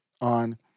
on